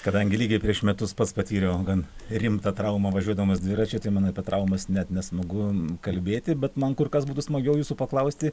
kadangi lygiai prieš metus pats patyriau gan rimtą traumą važiuodamas dviračiu tai man apie traumas net nesmagu kalbėti bet man kur kas būtų smagiau jūsų paklausti